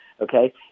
Okay